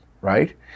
right